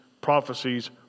prophecies